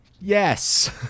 yes